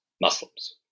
Muslims